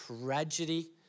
tragedy